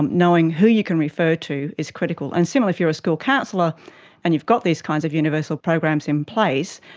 knowing who you can refer to is critical, and similarly if you are a school counsellor and you've got these kinds of universal programs in place,